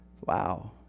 Wow